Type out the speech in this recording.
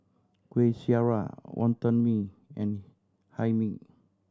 Kuih Syara Wonton Mee and Hae Mee